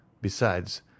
Besides